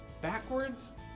backwards